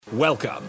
Welcome